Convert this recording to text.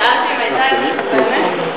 שאלתי אם הייתה, סתיו,